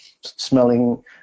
smelling